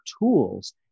tools